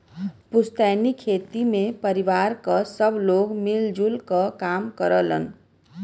पुस्तैनी खेती में परिवार क सब लोग मिल जुल क काम करलन